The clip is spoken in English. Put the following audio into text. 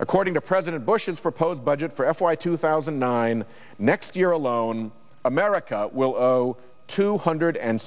according to president bush's proposed budget for f y two thousand nine next year alone america will go two hundred and